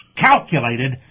calculated